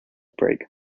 brig